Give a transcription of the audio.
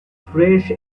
fresh